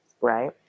right